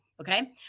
okay